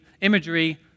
imagery